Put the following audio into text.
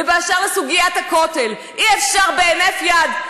ובסוגיית הכותל אי-אפשר בהינף יד.